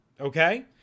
Okay